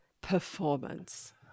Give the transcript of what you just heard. performance